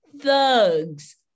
thugs